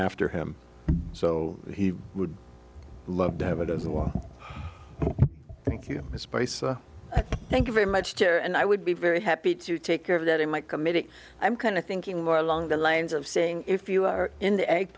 after him so he would love to have it as well thank you misplace thank you very much to her and i would be very happy to take care of that in my committee i'm kind of thinking more along the lines of saying if you are in the egg